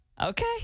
Okay